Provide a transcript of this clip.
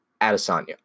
Adesanya